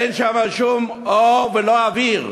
ואין שם שום אור ולא אוויר,